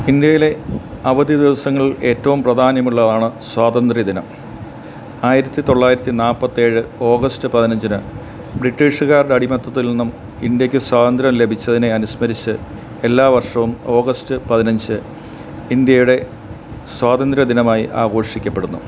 ഇന്ത്യയിലെ അവധി ദിവസങ്ങളിൽ ഏറ്റവും പ്രധാന്യ മുള്ളതാണ് സ്വാതന്ത്ര്യ ദിനം ആയിരത്തി തൊള്ളായിരത്തി നാൽപ്പത്തി ഏഴ് ഓഗസ്റ്റ് പതിനഞ്ചിന് ബ്രിട്ടീഷുകാരുടെ അടിമയത്തത്തിൽ നിന്നും ഇന്ത്യയ്ക്ക് സ്വാതന്ത്ര്യം ലഭിച്ചതിനെ അനുസ്മരിച്ച് എല്ലാ വർഷവും ഓഗസ്റ്റ് പതിനഞ്ച് ഇന്ത്യയുടെ സ്വാതന്ത്ര്യ ദിനമായി ആഘോഷിക്കപ്പെടുന്നു